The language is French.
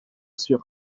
sur